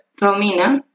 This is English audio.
Romina